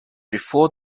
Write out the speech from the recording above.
before